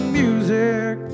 music